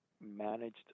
managed